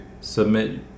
submit